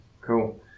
cool